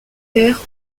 terre